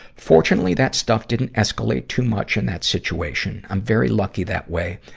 fortunately, that stuff didn't escalate too much in that situation. i'm very lucky that way.